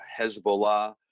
Hezbollah